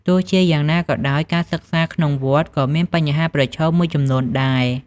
ទោះជាយ៉ាងណាក៏ដោយការសិក្សាក្នុងវត្តក៏មានបញ្ហាប្រឈមមួយចំនួនដែរ។